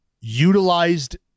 utilized